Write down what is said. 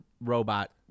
robot